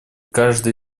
каждое